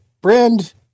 Brand